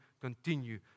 continue